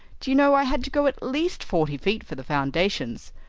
do you know, i had to go at least forty feet for the foundations.